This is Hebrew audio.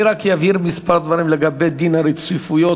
אני רק אבהיר כמה דברים לגבי דין הרציפות,